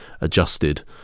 adjusted